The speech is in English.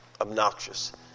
obnoxious